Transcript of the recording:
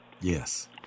Yes